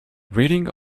reading